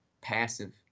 Passive